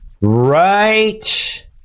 Right